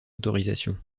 autorisation